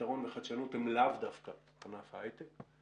יתרון וחדשנות הם לאו דווקא בענף ההיי-טק.